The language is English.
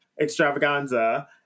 extravaganza